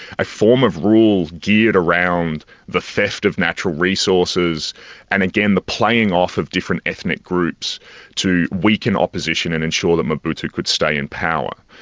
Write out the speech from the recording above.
a form of rule geared around the theft of natural resources and again the playing off of different ethnic groups to weaken opposition and ensure that mobutu could stay in power.